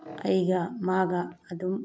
ꯑꯩꯒ ꯃꯥꯒ ꯑꯗꯨꯝ